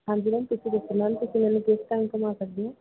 ਹਾਂਜੀ ਮੈਮ ਤੁਸੀਂ ਦੱਸੋ ਮੈਮ ਤੁਸੀਂ ਮੈਨੂੰ ਕਿਸ ਟਾਈਮ ਘੁੰਮਾ ਸਕਦੇ ਹੋ